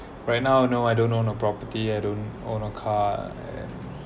right now no I don't own a property I don't own a car and